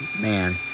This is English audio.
man